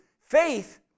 faith